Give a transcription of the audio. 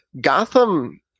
Gotham